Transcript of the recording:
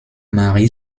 mary